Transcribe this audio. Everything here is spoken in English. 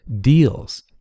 deals